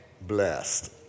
Blessed